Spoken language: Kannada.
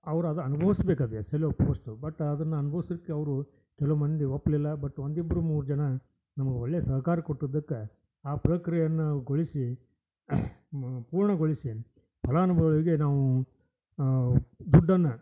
ಅವ್ರು ಅದು ಅನ್ಬೋಸ್ಬೇಕು ಅದು S L O post but ಅದನ್ನು ಅನ್ಬೋಸೋಕೆ ಅವರು ಕೆಲವು ಮಂದಿ ಒಪ್ಪಲಿಲ್ಲ ಬಟ್ ಒಂದು ಇಬ್ಬರು ಮೂರು ಜನ ನಮ್ಗೆ ಒಳ್ಳೆಯ ಸಹಕಾರ ಕೊಟ್ಟದ್ದಕ್ಕೆ ಆ ಪ್ರಕ್ರಿಯೆಯನ್ನಗೊಳಿಸಿ ಪೂರ್ಣಗೊಳಿಸಿ ಫಲಾನುಭವಿಗೆ ನಾವೂ ದುಡ್ಡನ್ನು